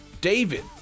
David